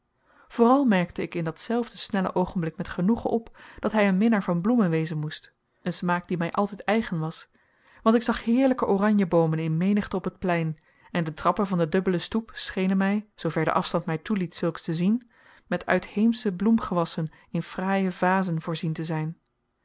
vooral merkte ik in dat zelfde snelle oogenblik met genoegen op dat hij een minnaar van bloemen wezen moest een smaak die mij altijd eigen was want ik zag heerlijke oranjeboomen in menigte op het plein en de trappen van de dubbele stoep schenen mij zoover de afstand mij toeliet zulks te zien met uitheemsche bloemgewassen in fraaie vazen voorzien te zijn